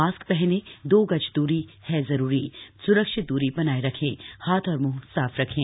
mask हनें दो गज दूरी है जरूरी स्रक्षित दूरी बनाए रखें हाथ और मुंह साफ रखें